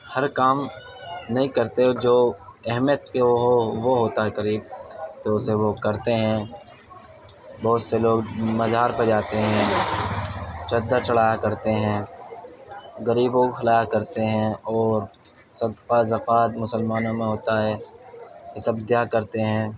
ہر کام نہیں کرتے جو اہمیت کے وہ ہو وہ ہوتا ہے قریب تو اسے وہ کرتے ہیں بہت سے لوگ مزار پہ جاتے ہیں چدر چڑھایا کرتے ہیں غریبوں کو کھلایا کرتے ہیں اور صدقہ زکات مسلمانوں میں ہوتا ہے یہ سب دیا کرتے ہیں